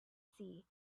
see